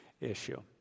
issue